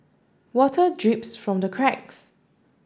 water drips from the cracks